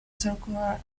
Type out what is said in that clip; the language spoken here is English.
circular